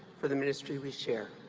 for the ministry we share.